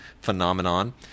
phenomenon